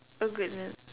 oh goodness